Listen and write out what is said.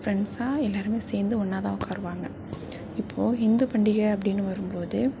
ஃப்ரெண்ஸாக எல்லாருமே சேர்ந்து ஒன்றா தான் உக்காருவாங்க இப்போது இந்து பண்டிகை அப்படின்னு வரும் போது